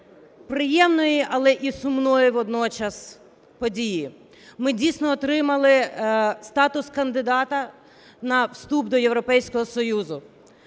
приємної, але й сумної водночас події. Ми, дійсно, отримали статус кандидата на вступ до Європейського Союзу.